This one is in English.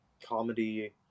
comedy